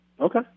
Okay